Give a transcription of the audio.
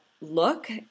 look